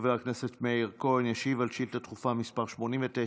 חבר הכנסת מאיר כהן ישיב על שאילתה דחופה מס' 89,